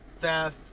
theft